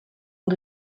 who